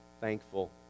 thankful